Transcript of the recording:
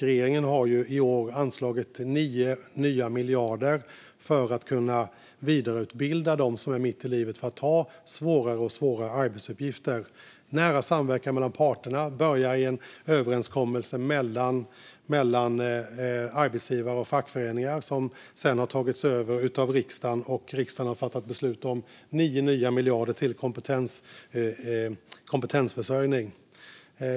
Regeringen har i år anslagit 9 nya miljarder för att vidareutbilda dem som är mitt i livet för att de ska kunna ta svårare arbetsuppgifter. Detta sker i nära samverkan mellan parterna och började med en överenskommelse mellan arbetsgivare och fackföreningar som sedan har tagits över av riksdagen. Riksdagen har fattat beslut om 9 nya miljarder till kompetensförsörjning.